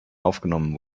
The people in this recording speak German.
aufgenommen